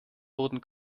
wurden